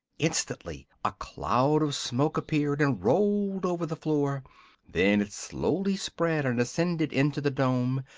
instantly a cloud of smoke appeared and rolled over the floor then it slowly spread and ascended into the dome,